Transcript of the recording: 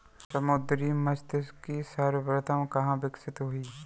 समुद्री मत्स्यिकी सर्वप्रथम कहां विकसित हुई?